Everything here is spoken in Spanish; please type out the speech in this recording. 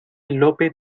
lope